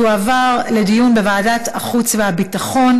לוועדת החוץ והביטחון